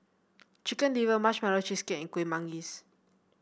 Chicken Liver Marshmallow Cheesecake and Kuih Manggis